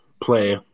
play